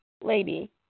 Lady